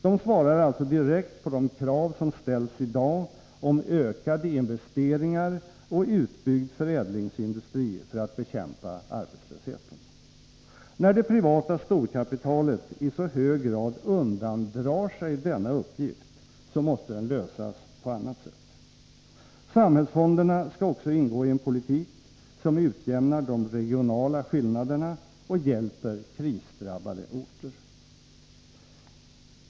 De svarar alltså direkt på de krav som ställs i dag om ökade investeringar och utbyggd förädlingsindustri för att bekämpa arbetslösheten. När det privata storkapitalet i så hög grad undandrar sig denna uppgift, måste den lösas på annat sätt. Samhällsfonderna skall också ingå i en politik som utjämnar de regionala skillnaderna och hjälper krisdrabbade orter.